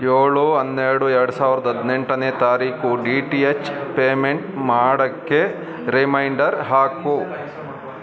ಏಳು ಹನ್ನೆರಡು ಎರಡು ಸಾವಿರದ ಹದಿನೆಂಟನೇ ತಾರೀಕು ಡಿ ಟಿ ಎಚ್ ಪೇಮೆಂಟ್ ಮಾಡೋಕ್ಕೆ ರಿಮೈಂಡರ್ ಹಾಕು